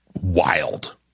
wild